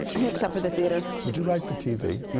except for the theater. would you write for tv?